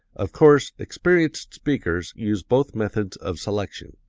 of course, experienced speakers use both methods of selection.